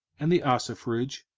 and the ossifrage,